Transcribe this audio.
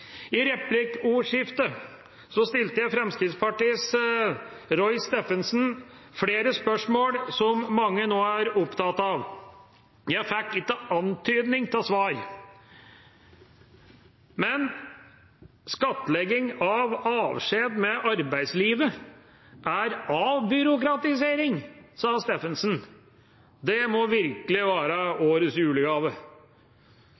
I replikkordskiftet stilte jeg Fremskrittspartiets representant, Roy Steffensen, flere spørsmål som mange nå er opptatt av. Jeg fikk ikke antydning til svar. Men skattlegging av avskjed med arbeidslivet er avbyråkratisering, sa representanten Steffensen. Det må virkelig være årets julegave.